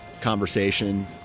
conversation